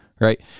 right